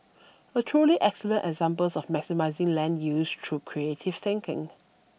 a truly excellent example of maximising land use through creative thinking